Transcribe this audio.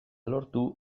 lortu